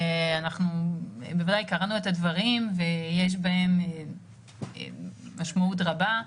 אנחנו בוודאי קראנו את הדברים ויש להם משמעות רבה.